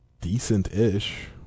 decent-ish